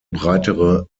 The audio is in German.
breitere